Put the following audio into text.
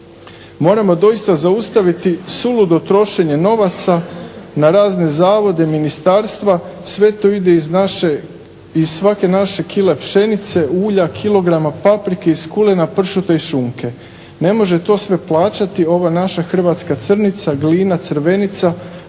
Moramo doista zaustaviti suludo trošenje novaca na razne zavode, ministarstva. Sve to ide iz svake naše kile pšenice, ulja, kilograma paprike iz kulena, pršuta i šunke. Ne može sve to plaćati ova naša hrvatska crnica, glina, crvenica,